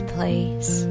place